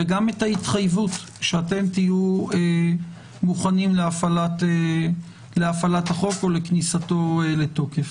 וגם ההתחייבות שאתם תהיו מוכנים להפעלת החוק או לכניסתו לתוקף.